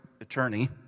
attorney